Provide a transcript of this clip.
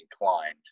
inclined